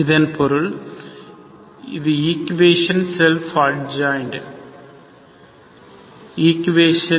இதன் பொருள் இது ஈக்குவேஷன் செல்ப் அட்ஜாயின்ட் ஈக்குவேஷன்